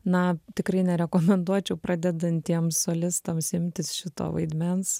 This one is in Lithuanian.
na tikrai nerekomenduočiau pradedantiems solistams imtis šito vaidmens